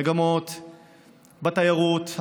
מגמות בתיירות,